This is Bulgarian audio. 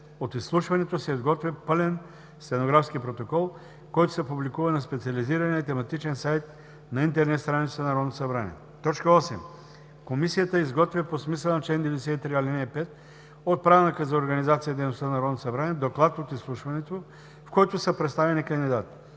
От изслушването се изготвя пълен стенографски протокол, който се публикува на специализирания тематичен сайт на интернет страницата на Народното събрание. 8. Комисията изготвя по смисъла на чл. 93, ал. 5 от Правилника за организацията и дейността на Народното събрание доклад от изслушването, в който са представени кандидатите.